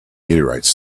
meteorites